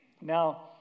Now